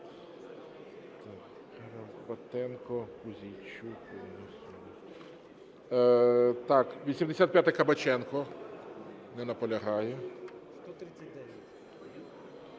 Кабаченко. Не наполягає.